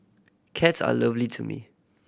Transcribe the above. cats are lovely to me